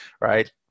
right